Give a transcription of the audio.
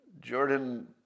Jordan